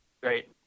Great